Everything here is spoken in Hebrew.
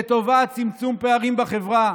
לטובת צמצום פערים בחברה.